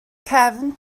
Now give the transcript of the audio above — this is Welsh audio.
cefn